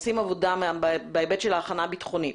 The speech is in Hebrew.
עושים עבודה בהיבט של ההכנה הביטחונית.